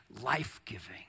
life-giving